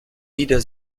weder